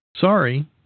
Sorry